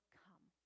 come